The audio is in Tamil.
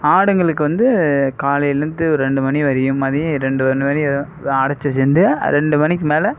ஆடுங்களுக்கு வந்து காலையிலேருந்து ஒரு ரெண்டு மணி வரையும் மதியம் ரெண்டு ஒரு மணி வரையும் அடைச்சி வச்சுருந்து ரெண்டு மணிக்கு மேல்